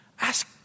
Ask